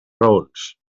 raons